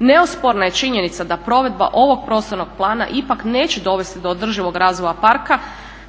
Neosporna je činjenica da provedba ovog prostornog plana ipak neće dovesti do održivog razvoja parka,